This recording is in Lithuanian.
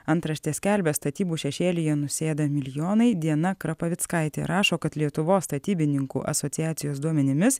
antraštė skelbė statybų šešėlyje nusėda milijonai diana krapavickaitė rašo kad lietuvos statybininkų asociacijos duomenimis